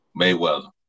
Mayweather